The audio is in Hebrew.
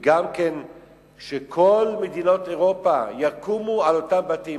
וגם כן שכל מדינות אירופה יקומו על אותם בתים.